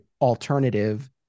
alternative